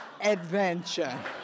adventure